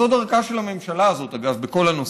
זו דרכה של הממשלה הזאת, אגב, בכל הנושאים.